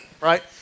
right